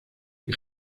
que